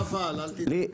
תוכנית.